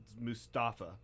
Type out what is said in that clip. Mustafa